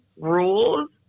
rules